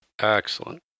Excellent